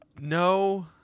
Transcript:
no